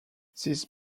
this